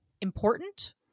important